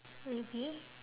maybe